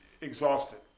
exhausted